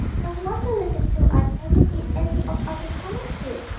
no wonder little two-eyes doesn't eat any of our common food.